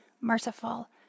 merciful